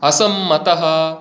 असम्मतः